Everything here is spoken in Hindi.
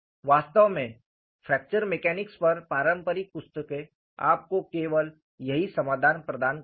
वास्तव में फ्रैक्चर मैकेनिक्स पर पारंपरिक पुस्तकें आपको केवल यही समाधान प्रदान करती हैं